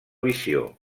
visió